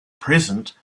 present